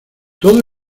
todo